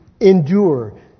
endure